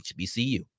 HBCU